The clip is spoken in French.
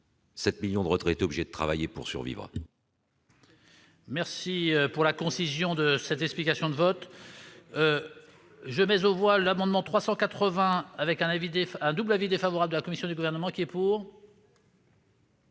7 millions de retraités sont obligés de travailler pour survivre.